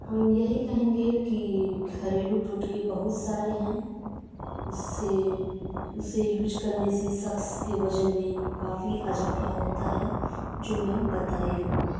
ہم یہی کہیں گے کہ گھریلو ٹوٹکے بہت سارے ہیں اس سے اسے یوز کرنے سے شخص کے وزن میں کافی اضافہ ہوتا ہے جو میں بتائی ہوں